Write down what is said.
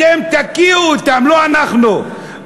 אתם תקיאו אותם, לא אנחנו.